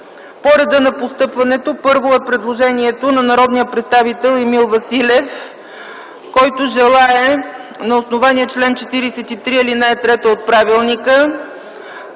По реда на постъпването, първо е предложението на народния представител Емил Василев, който желае на основание чл. 43, ал. 3 от правилника